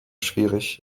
schwierig